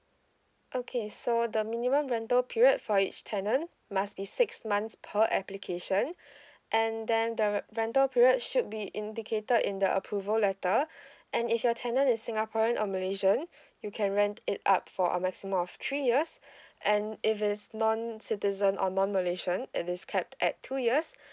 okay so the minimum rental period for each tenant must be six months per application and then the re~ rental period should be indicated in the approval letter and if your tenant is singaporean or malaysian you can rent it up for a maximum of three years and if it's non citizen or non malaysian it is capped at two years